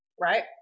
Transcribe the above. Right